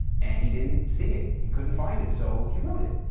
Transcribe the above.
and he didn't see it. he couldn't find it, so he wrote it,